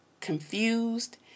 confused